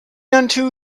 unto